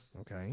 Okay